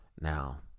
Now